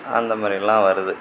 அந்த மாதிரி எல்லாம் வருது